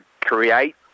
create